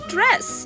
Dress